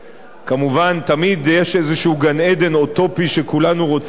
תמיד יש איזה גן-עדן אוטופי שכולנו רוצים להגיע אליו,